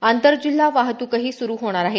आंतरजिल्हा वाहतुकही सुरु होणार आहे